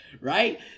right